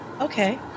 Okay